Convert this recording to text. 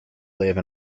live